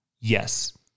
Yes